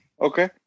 Okay